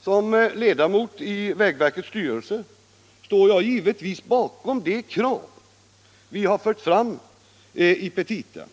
Som ledamot i vägverkets styrelse står jag givetvis bakom de krav vi har fört fram i petitan,